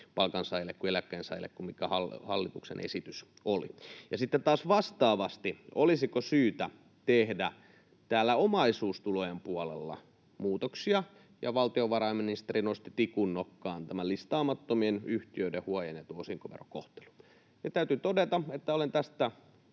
palkansaajille kuin eläkkeensaajille, kuin mikä hallituksen esitys oli. Ja sitten taas vastaavasti olisiko syytä tehdä omaisuustulojen puolella muutoksia? Valtiovarainministeri nosti tikunnokkaan listaamattomien yhtiöiden huojennetun osinkoverokohtelun. Täytyy todeta, että olen tästä